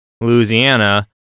Louisiana